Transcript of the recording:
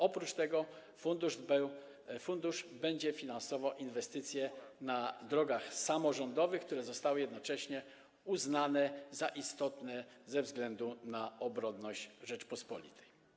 Oprócz tego fundusz będzie finansował inwestycje na drogach samorządowych, które zostały jednocześnie uznane za istotne ze względu na obronność Rzeczypospolitej.